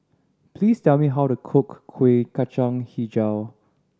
please tell me how to cook Kuih Kacang Hijau